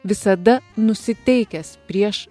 visada nusiteikęs prieš